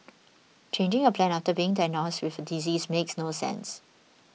changing a plan after being diagnosed with a disease makes no sense